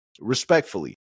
respectfully